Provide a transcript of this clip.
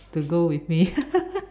to go with me